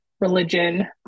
religion